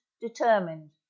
determined